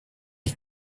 est